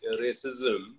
racism